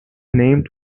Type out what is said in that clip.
name